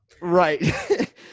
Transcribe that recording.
Right